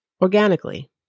Organically